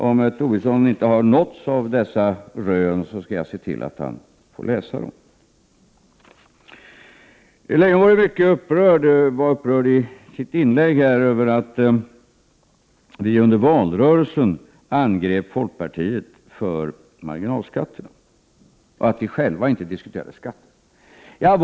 Om Lars Tobisson inte har nåtts av dessa rön, skall jag se till att han får läsa dem. Lars Leijonborg var i sitt inlägg mycket upprörd över att vi i valrörelsen angrep folkpartiet för dess marginalskatteförslag och att vi själva inte diskuterade skatterna.